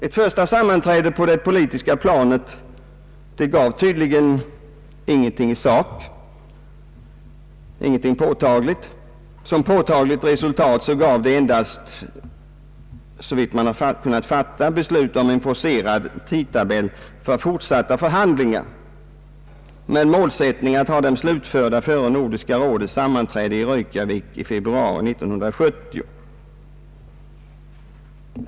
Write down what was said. Ett första sammanträde på det politiska planet gav tydligen ingenting i sak utan som påtagligt resultat endast, såvitt vi kunnat finna, beslut om en forcerad tidtabell för fortsatta förhandlingar med målsättningen att ha dem slutförda före Nordiska rådets sammanträde i Reykjavik i februari 1970.